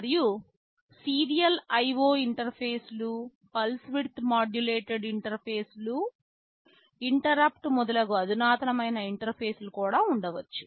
మరియు serial IO ఇంటర్ఫేస్లు pulse width modulated ఇంటర్ఫేస్లుఇంటరుప్పుట్ మొదలగు అధునాతనమైన ఇంటర్ఫేస్లు కూడా ఉండవచ్చు